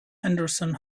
henderson